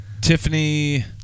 Tiffany